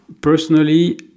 personally